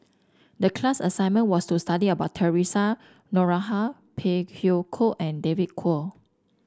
the class assignment was to study about Theresa Noronha Phey Yew Kok and David Kwo